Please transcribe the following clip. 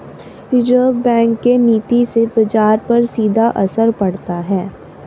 reserve bank के नीति से बाजार पर सीधा असर पड़ता है